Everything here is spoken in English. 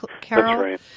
Carol